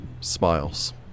smiles